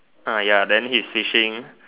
ah ya then he's fishing